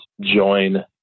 join